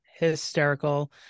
Hysterical